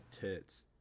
tits